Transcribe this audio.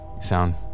Sound